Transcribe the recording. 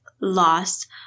lost